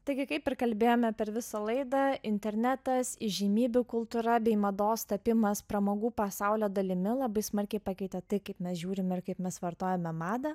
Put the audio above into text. taigi kaip ir kalbėjome per visą laidą internetas įžymybių kultūra bei mados tapimas pramogų pasaulio dalimi labai smarkiai pakeitė tai kaip mes žiūrime ir kaip mes vartojame madą